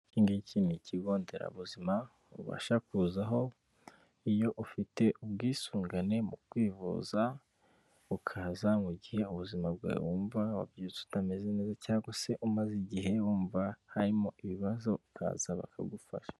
Iki ngiki ni ikigo nderabuzima, ubasha kuzaho iyo ufite ubwisungane mu kwivuza, ukaza mu gihe ubuzima bwawe wumva wabyutse butameze neza cyangwa se umaze igihe wumva harimo ibibazo, ukaza bakagufasha.